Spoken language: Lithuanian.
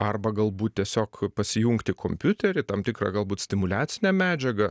arba galbūt tiesiog pasijungti kompiuterį tam tikrą galbūt stimuliacinę medžiagą